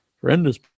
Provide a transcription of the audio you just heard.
horrendous